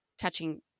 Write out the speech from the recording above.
touching